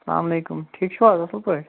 اسلام علیکُم ٹھیٖک چھُوا اَصٕل پٲٹھۍ